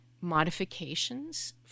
modifications